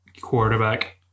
quarterback